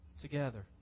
together